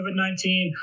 COVID-19